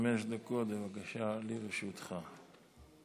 חמש דקות, בבקשה, לרשותך.